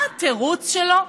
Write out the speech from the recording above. מה התירוץ שלו?